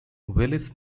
willis